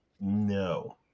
No